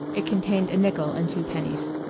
it contained a nickel and two pennies.